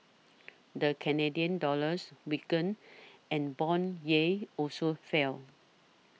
the Canadian dollar weakened and bond yields also fell